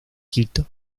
quito